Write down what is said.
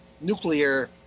nuclear